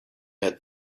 had